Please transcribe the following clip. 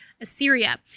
Assyria